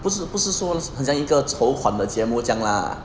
不是不是说很像一个筹款的节目将 lah